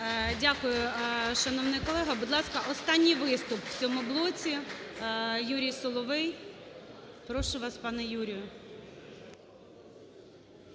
Дякую, шановний колего! Будь ласка, останній виступ в цьому блоці. Юрій Соловей. Прошу вас, пане Юрію.